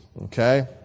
okay